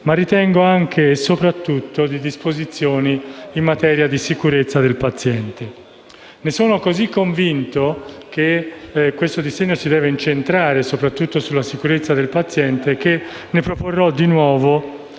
ma ritengo anche e soprattutto di disposizioni in materia di sicurezza del paziente. Sono così convinto che questo disegno si debba incentrare soprattutto sulla sicurezza del paziente che proporrò di nuovo,